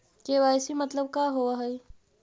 KYC मतलब का होव हइ?